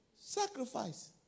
Sacrifice